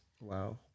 Wow